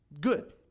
Good